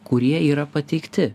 kurie yra pateikti